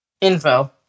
info